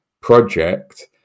project